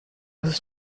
was